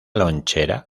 lonchera